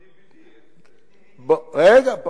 יש די.וי.די.